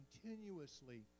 continuously